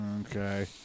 Okay